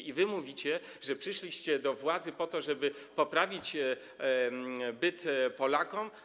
I wy mówicie, że przyszliście do władzy po to, żeby poprawić byt Polakom?